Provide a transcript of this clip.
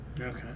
Okay